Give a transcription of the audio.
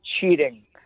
cheating